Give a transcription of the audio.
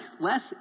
less